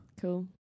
Cool